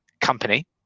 company